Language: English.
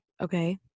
okay